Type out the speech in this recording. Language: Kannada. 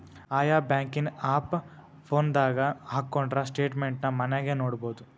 ಆಯಾ ಬ್ಯಾಂಕಿನ್ ಆಪ್ ಫೋನದಾಗ ಹಕ್ಕೊಂಡ್ರ ಸ್ಟೆಟ್ಮೆನ್ಟ್ ನ ಮನ್ಯಾಗ ನೊಡ್ಬೊದು